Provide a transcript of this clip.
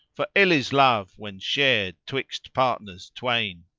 for ill is love when shared twixt partners twain.